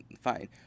fine